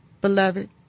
beloved